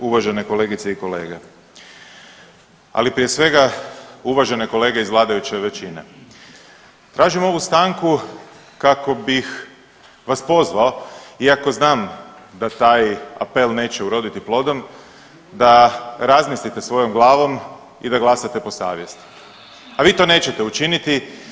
Uvažene kolegice i kolege, ali prije svega uvažene kolege iz vladajuće većine, tražim ovu stanku kako bih vas pozvao iako znam da taj apel neće uroditi plodom da razmislite svojom glavom i da glasate po savjesti, a vi to nećete učiniti.